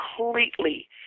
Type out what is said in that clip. completely